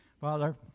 Father